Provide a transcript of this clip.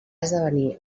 esdevenir